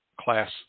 class